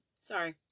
Sorry